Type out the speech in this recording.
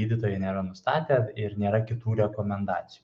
gydytojai nėra nustatę ir nėra kitų rekomendacijų